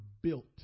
built